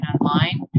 online